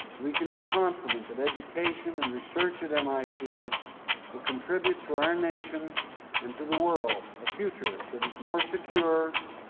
we can be confident that education and research at mit ah contribute to our nation and to the world a future that is more secure,